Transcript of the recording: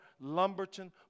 Lumberton